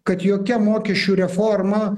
kad jokia mokesčių reforma